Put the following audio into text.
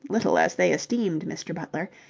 little as they esteemed mr. butler,